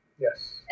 yes